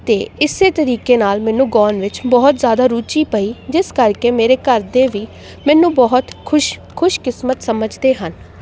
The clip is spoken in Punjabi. ਅਤੇ ਇਸ ਤਰੀਕੇ ਨਾਲ ਮੈਨੂੰ ਗਾਉਣ ਵਿੱਚ ਬਹੁਤ ਜ਼ਿਆਦਾ ਰੁਚੀ ਪਈ ਜਿਸ ਕਰਕੇ ਮੇਰੇ ਘਰ ਦੇ ਵੀ ਮੈਨੂੰ ਬਹੁਤ ਖੁਸ਼ ਖੁਸ਼ਕਿਸਮਤ ਸਮਝਦੇ ਹਨ